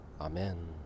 Amen